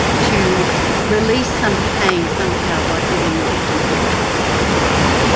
to release some pain somehow by giving victim impact statements.